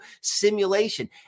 simulation